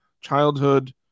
childhood